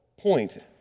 point